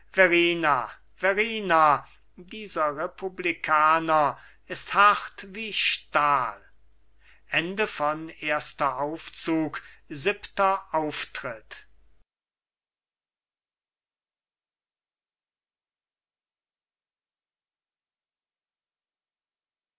dieser republikaner ist hart wie stahl achter auftritt